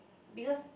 because